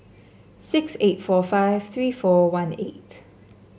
six eight four five three four one eight